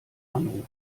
anruf